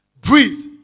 Breathe